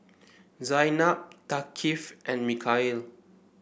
Zaynab Thaqif and Mikhail